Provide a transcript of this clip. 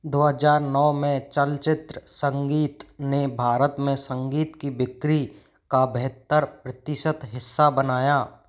दो हज़ार नौ में चलचित्र संगीत ने भारत में संगीत की बिक्री का बहत्तर प्रतिशत हिस्सा बनाया